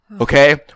Okay